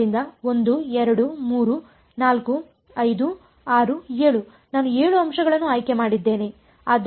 ಆದ್ದರಿಂದ 1 2 3 4 5 6 7 ನಾನು 7 ಅಂಶಗಳನ್ನು ಆಯ್ಕೆ ಮಾಡಿದ್ದೇನೆ